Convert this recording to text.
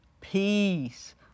peace